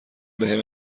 بهم